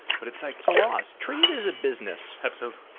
but it's like it's a loss treat it as a business. absolutely.